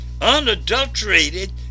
unadulterated